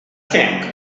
think